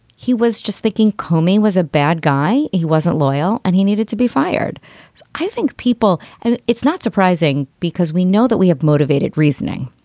he was just thinking komin was a bad guy. he wasn't loyal and he needed to be fired. so i think people and it's not surprising because we know that we have motivated reasoning.